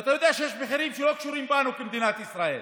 ואתה יודע שיש מחירים שלא קשורים בנו כמדינת ישראל.